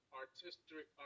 artistic